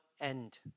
end